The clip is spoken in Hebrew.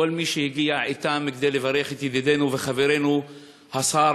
כל מי שהגיע אתם כדי לברך את ידידינו וחברינו השר,